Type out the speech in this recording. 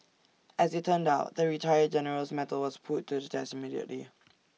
as IT turned out the retired general's mettle was put to the test immediately